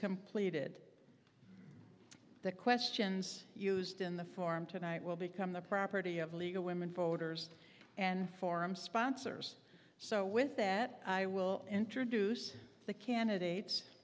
completed the questions used in the forum tonight will become the property of league of women voters and forum sponsors so with that i will introduce the candidates